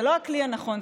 זה לא הכלי הנכון,